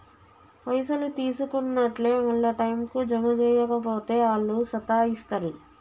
పైసలు తీసుకున్నట్లే మళ్ల టైంకు జమ జేయక పోతే ఆళ్లు సతాయిస్తరు